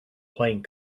playing